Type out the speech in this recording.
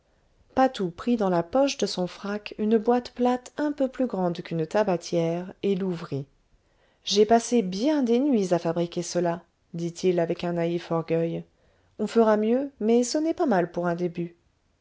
jean pierre patou prit dans la poche de son frac une boite plate un peu plus grande qu'une tabatière et l'ouvrit j'ai passé bien des nuits à fabriquer cela dit-il avec un naïf orgueil on fera mieux mais ce n est pas mal pour un début